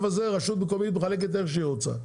הזה רשות מקומית מחלקת איך שהיא רוצה.